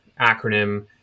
acronym